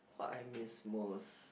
what I miss most